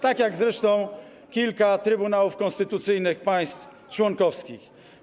Tak jak zresztą kilka trybunałów konstytucyjnych państw członkowskich.